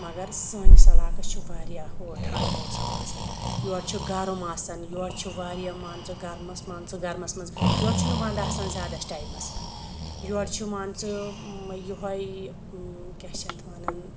مَگَر سٲنِس عَلاقَس چھُ واریاہ ہہُ ٹھَنٛڈ موسَم آسان یورٕ چھُ گَرٕم آسان یورٕ چھُ واریاہ مان ژٕ گَرمَس مَنٛز یور چھُنہٕ وَندٕ آسان زیادَس ٹایمَس یورٕ چھِ مان ژٕ یُہے کیاہ چھِ یَتھ وَنان